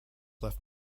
left